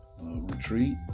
retreat